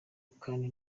kandi